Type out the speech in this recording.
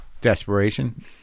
Desperation